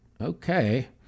Okay